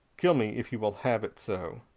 kill me, if you will have it so.